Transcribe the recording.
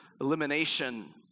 Elimination